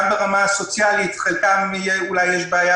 גם ברמה הסוציאלית לחלקם אולי יש בעיה